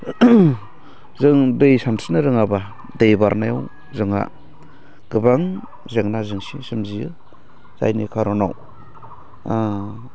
जों दै सानस्रिनो रोङाबा दै बारनायाव जोंहा गोबां जेंना जेंसि सोमजियो जायनि खारनाव